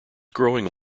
growing